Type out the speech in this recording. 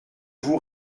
vous